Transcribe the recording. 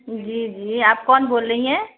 جی جی آپ کون بول رہی ہیں